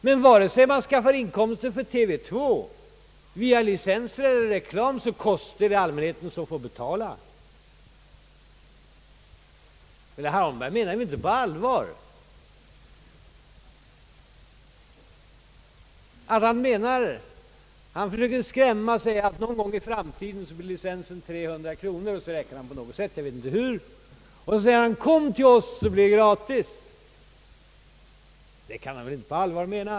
Men vare sig man skaffar inkomster för TV 2 genom licenser eller reklam, är det allmänheten som får betala kostnaden. Herr Holmberg menar väl inte allvar när han söker skrämma oss med att det en gång i framtiden blir en licens avgift på 300 kronor samtidigt som han söker göra gällande: Kom till oss så blir det gratis. Det kan han inte på allvar mena.